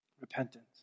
repentance